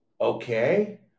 okay